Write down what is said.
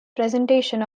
presentation